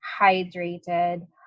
hydrated